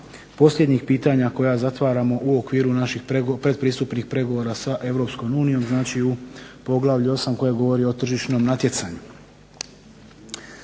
posljednjih pitanja koja zatvaramo u okviru naših pretpristupnih pregovora sa Europskom unijom. Znači, u poglavlju 8. koje govori o tržišnom natjecanju.